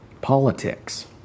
Politics